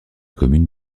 commune